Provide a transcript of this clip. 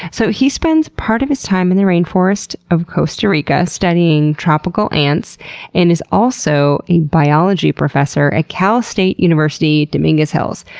so he spends part of his time in the rainforest of costa rica studying tropical ants and is also a biology professor at cal state university, dominguez hills,